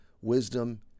wisdom